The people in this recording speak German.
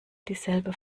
dieselbe